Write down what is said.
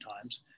times